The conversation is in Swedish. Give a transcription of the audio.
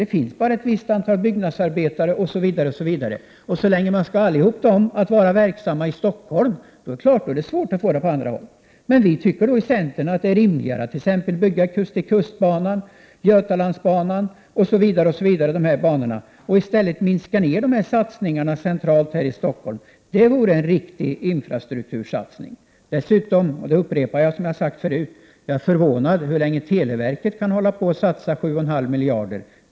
Det finns bara ett visst antal byggnadsarbetare osv. Så länge alla de skall vara verksamma i Stockholm är det självklart svårt att göra satsningar på andra håll. Men vi i centern tycker att det är rimligare att bygga kust-till-kust-banan, Götalandsbanan m.fl. och i stället minska satsningarna centralt i Stockholm. Det vore en riktig infrastruktursatsning. Dessutom, jag upprepar det jag sagt förut, är jag förvånad över hur länge televerket kan satsa 7 1/2 miljarder.